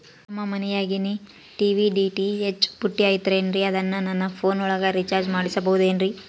ನಮ್ಮ ಮನಿಯಾಗಿನ TV DTH ಪುಟ್ಟಿ ಐತಲ್ರೇ ಅದನ್ನ ನನ್ನ ಪೋನ್ ಒಳಗ ರೇಚಾರ್ಜ ಮಾಡಸಿಬಹುದೇನ್ರಿ?